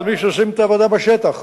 אל מי שעושים את העבודה בשטח.